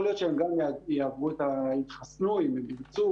יכול להיות שהם גם יתחסנו אם הם ירצו.